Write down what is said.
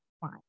fine